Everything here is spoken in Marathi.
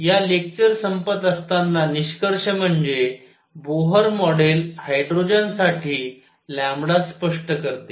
तर या लेक्चर संपत असताना निष्कर्ष म्हणजे बोहर मॉडेल हायड्रोजनसाठी लॅम्बडा स्पष्ट करते